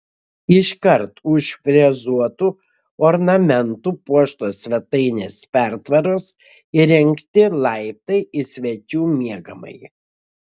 iškart už frezuotu ornamentu puoštos svetainės pertvaros įrengti laiptai į svečių miegamąjį